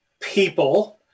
people